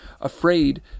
afraid